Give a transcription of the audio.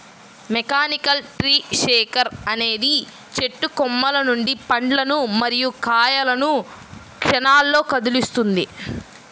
mechanical tree shaker అనేది చెట్టు కొమ్మల నుండి పండ్లు మరియు కాయలను క్షణాల్లో కదిలిస్తుంది